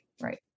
Right